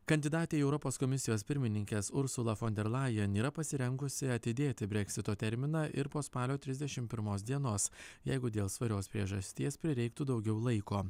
kandidatė į europos komisijos pirmininkes ursula fon der lajen yra pasirengusi atidėti breksito terminą ir po spalio trisdešim pirmos dienos jeigu dėl svarios priežasties prireiktų daugiau laiko